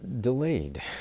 delayed